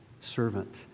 servant